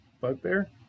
bugbear